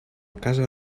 casa